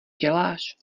děláš